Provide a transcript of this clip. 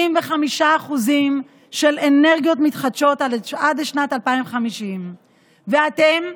95% של אנרגיות מתחדשות עד לשנת 2050. ואתם?